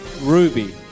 Ruby